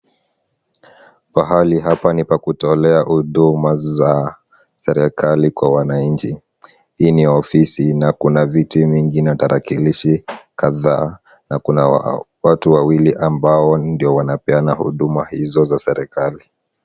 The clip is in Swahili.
Pahali hapa ni pa kutolea hudumu za serikali kwa wananchi. Hii ni ofisi na kuna vitu vingine tarakilishi kadhaa na kuna watu wawili ambao ndio wanapiana huduma hizo za serikali.